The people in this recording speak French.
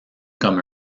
comme